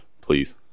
please